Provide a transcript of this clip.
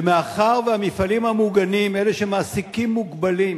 ומאחר שהמפעלים המוגנים, אלה שמעסיקים מוגבלים,